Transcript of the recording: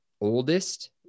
oldest